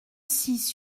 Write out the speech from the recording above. six